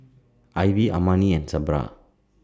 Ivy Armani and Sabra